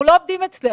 אנחנו לא עובדים אצל.